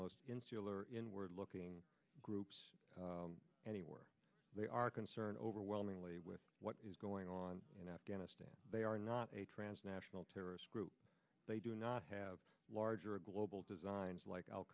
insular inward looking groups anywhere they are concerned overwhelmingly with what is going on in afghanistan they are not a transnational terrorist group they do not have larger global designs like al